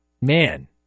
Man